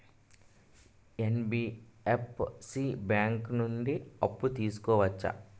NBFC bank నుండి అప్పు తీసుకోవచ్చా?